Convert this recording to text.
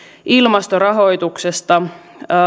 ilmastorahoituksesta